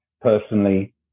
personally